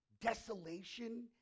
Desolation